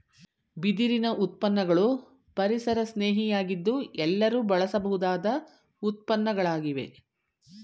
ಬಿದಿರಿನ ಉತ್ಪನ್ನಗಳು ಪರಿಸರಸ್ನೇಹಿ ಯಾಗಿದ್ದು ಎಲ್ಲರೂ ಬಳಸಬಹುದಾದ ಉತ್ಪನ್ನಗಳಾಗಿವೆ